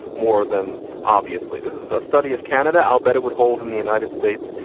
more than obviously this is a study of canada. i'll bet it would hold in the united states,